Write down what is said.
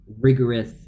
rigorous